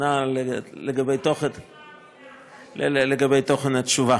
נכונה לגבי תוכן התשובה.